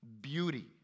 beauty